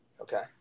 Okay